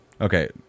Okay